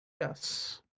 Yes